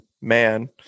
man